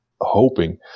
hoping